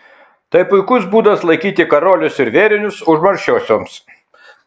tai puikus būdas laikyti karolius ir vėrinius užmaršiosioms